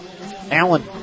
Allen